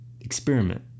experiment